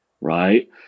Right